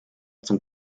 zum